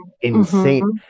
insane